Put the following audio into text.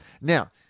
Now